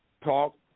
Talk